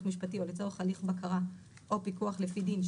משפטי או לצורך הליך בקרה או פיקוח לפי דין,